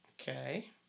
Okay